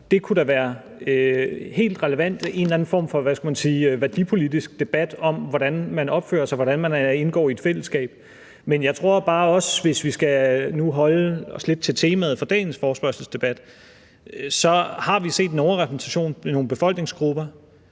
det kunne da være helt relevant med en eller anden form for, hvad skal man sige, værdipolitisk debat om, hvordan man opfører sig, og hvordan man indgår i et fællesskab. Men hvis vi skal holde os lidt til temaet for dagens forespørgselsdebat, har vi set en overrepræsentation af nogle befolkningsgrupper.